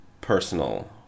personal